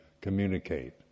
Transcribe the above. communicate